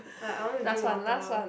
like I want to drink water